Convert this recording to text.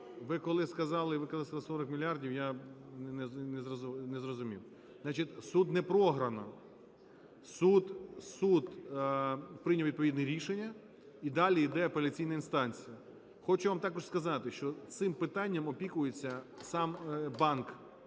ви коли сказали 40 мільярдів, я не зрозумів. Значить, суд не програно, суд прийняв відповідне рішення і далі йде апеляційна інстанція. Хочу вам також сказати, що цим питанням опікується сам банк,